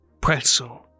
pretzel